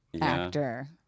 actor